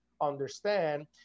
understand